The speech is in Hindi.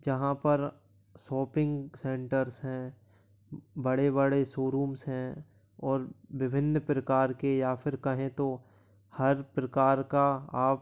जहाँ पर सॉपिंग सेंटर्स हैं बड़े बड़े सोरूम्स हैं और विभिन्न प्रकार के या फिर कहें तो हर प्रकार का आप